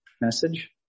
message